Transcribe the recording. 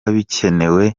bikenewe